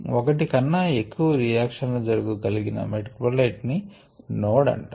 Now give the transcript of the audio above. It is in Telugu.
ఒకటి కన్నా ఎక్కువ రియాక్షన్ లు జరుగ గలిగిన మెటాబోలైట్ ని నోడ్ అంటారు